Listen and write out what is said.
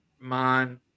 man